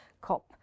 COP